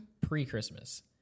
pre-Christmas